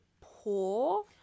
poor